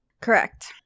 Correct